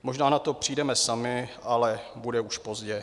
Možná na to přijdeme sami, ale bude už pozdě.